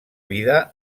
vida